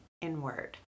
inward